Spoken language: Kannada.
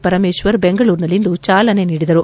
ಪರಮೇಶ್ವರ್ ಬೆಂಗಳೂರಿನಲ್ಲಿಂದು ಚಾಲನೆ ನೀಡಿದರು